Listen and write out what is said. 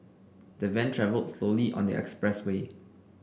the van travelled slowly on the expressway